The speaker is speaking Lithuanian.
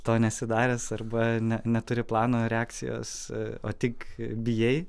to nesi daręs arba ne neturi plano reakcijos o tik bijai